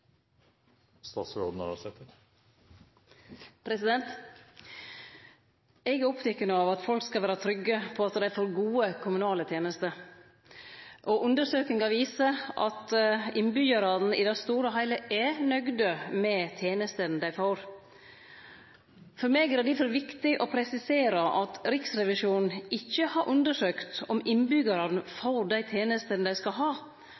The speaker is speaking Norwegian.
oppteken av at folk skal vere trygge på at dei får gode kommunale tenester. Undersøkingar viser at innbyggjarane i det store og heile er nøgde med tenestene dei får. For meg er det difor viktig å presisere at Riksrevisjonen ikkje har undersøkt om innbyggjarane får dei tenestene dei skal ha,